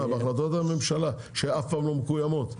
בהחלטות הממשלה שאף פעם לא מקוימות.